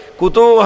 kutu